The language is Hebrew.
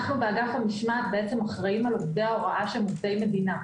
אנחנו באגף המשמעת אחראיים על עובדי הוראה של עובדי מדינה,